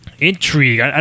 intrigue